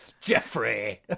Jeffrey